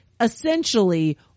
essentially